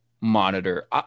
monitor